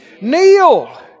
Kneel